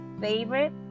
favorite